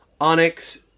Onyx